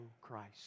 Christ